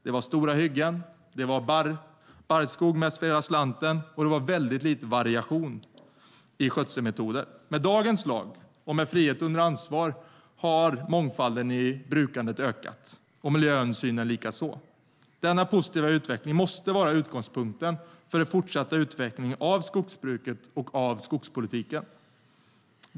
Det var stora hyggen, barrskog mest för hela slanten och väldigt lite variation i skötselmetoder. Med dagens lag och med frihet under ansvar har mångfalden i brukandet ökat och miljöhänsynen likaså. Denna positiva utveckling måste vara utgångspunkten för den fortsatta utvecklingen av skogsbruket och skogspolitiken.